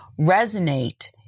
resonate